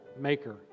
maker